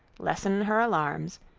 lessen her alarms,